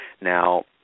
now